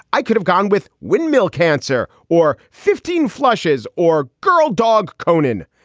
i could have gone with windmill cancer or fifteen flushes or girl dog koenen.